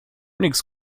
nichts